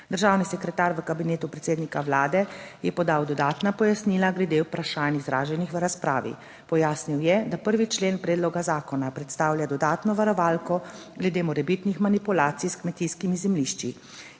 Državni sekretar v Kabinetu predsednika Vlade je podal dodatna pojasnila glede vprašanj izraženih v razpravi. Pojasnil je, da 1. člen predloga zakona predstavlja dodatno varovalko glede morebitnih manipulacij s kmetijskimi zemljišči.